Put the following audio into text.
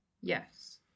Yes